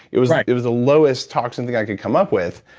it was like it was the lowest toxin thing i could come up with,